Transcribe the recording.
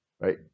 right